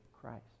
Christ